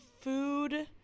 food